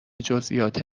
جزییات